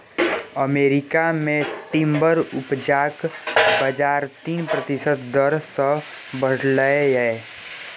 America मे timber उपजाक बजार तीन प्रतिशत दर सँ बढ़लै यै